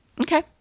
Okay